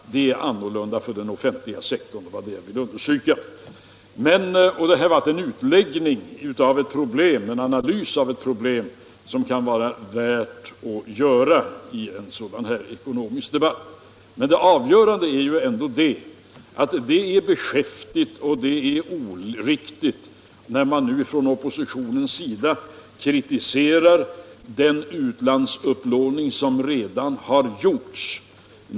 Jag vill understryka att det är annorlunda för den offentliga sektorn. Detta var en analys av problemet som det kan vara värt att göra i en sådan här ekonomisk debatt. Det avgörande är ändå att det är beskäftigt och oriktigt av oppositionen att nu kritisera den utlandsupplåning som redan har gjorts.